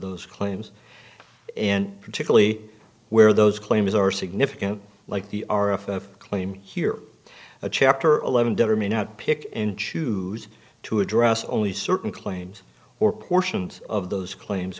those claims and particularly where those claims are significant like the r f f claim here a chapter eleven debtor may not pick and choose to address only certain claims or portions of those claims